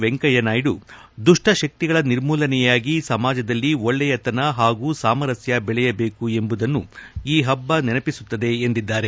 ವೆಂಕಯ್ಯನಾಯ್ಡು ದುಷ್ವ ಶಕ್ತಿಗಳ ನಿರ್ಮೂಲನೆಯಾಗಿ ಸಮಾಜದಲ್ಲಿ ಒಳ್ಳೆಯತನ ಹಾಗೂ ಸಾಮರಸ್ಯ ಬೆಳೆಯಬೇಕು ಎಂಬುದನ್ನು ಈ ಹಬ್ಬ ನೆನಪಿಸುತ್ತದೆ ಎಂದಿದ್ದಾರೆ